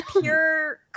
pure